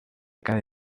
cada